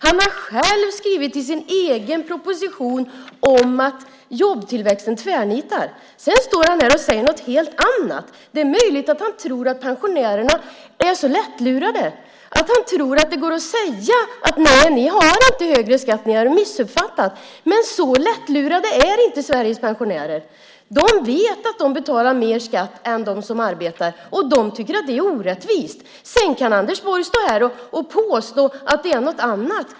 Han har själv skrivit i sin egen proposition om att jobbtillväxten tvärnitar. Sedan står han här och säger någonting helt annat. Det är möjligt att han tror att pensionärerna är så lättlurade att det går att säga: Nej, ni har inte högre skatt. Ni har missuppfattat det. Men så lättlurade är inte Sveriges pensionärer. De vet att de betalar mer skatt än de som arbetar, och de tycker att det är orättvist. Sedan kan Anders Borg stå här och påstå att det är någonting annat.